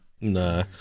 Nah